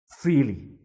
freely